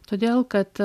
todėl kad